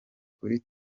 kuri